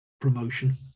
promotion